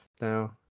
now